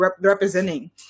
representing